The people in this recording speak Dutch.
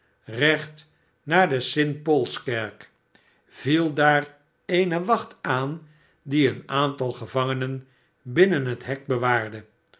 recht naar de st paulskerk viel daar eene wacht aan die een aantal gevangenen binnen het hek bewaarde